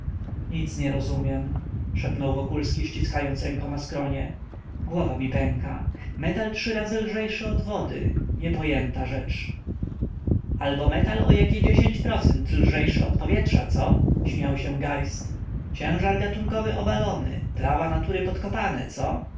nic nie rozumiem szepnął wokulski ściskając rękoma skronie głowa mi pęka metal trzy razy lżejszy od wody niepojęta rzecz albo metal o jakie dziesięć procent lżejszy od powietrza co śmiał się geist ciężar gatunkowy obalony prawa natury podkopane co